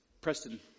Preston